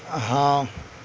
ہاں